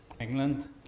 England